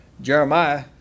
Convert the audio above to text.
Jeremiah